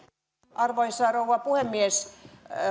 arvoisa rouva puhemies